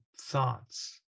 thoughts